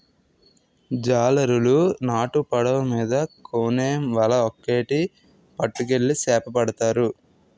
జాలరులు నాటు పడవ మీద కోనేమ్ వల ఒక్కేటి పట్టుకెళ్లి సేపపడతారు